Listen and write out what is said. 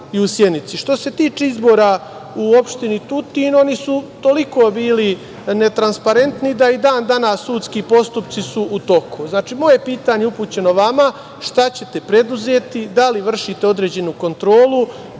Što se tiče izbora u opštini Tutin, oni su toliko bili netransparentni da i dan danas su sudski postupci u toku. Znači, moje pitanje upućeno vama – šta ćete preduzeti? Da li vršite određenu kontrolu